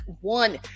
one